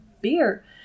beer